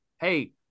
hey